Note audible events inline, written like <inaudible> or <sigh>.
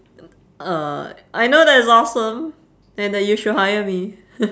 <noise> uh I know that it's awesome and that you should hire me <laughs>